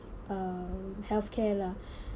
um healthcare